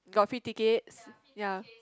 got free tickets ya